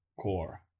core